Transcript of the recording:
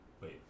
Wait